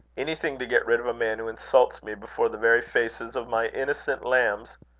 anything to get rid of a man who insults me before the very faces of my innocent lambs!